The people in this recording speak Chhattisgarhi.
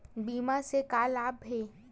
बीमा से का लाभ हे?